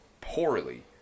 poorly